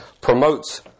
promotes